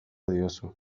diozu